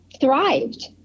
thrived